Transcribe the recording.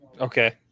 Okay